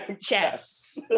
chess